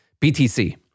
BTC